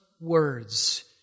words